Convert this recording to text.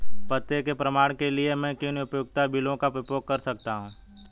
पते के प्रमाण के लिए मैं किन उपयोगिता बिलों का उपयोग कर सकता हूँ?